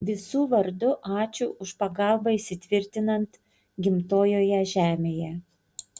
visų vardu ačiū už pagalbą įsitvirtinant gimtojoje žemėje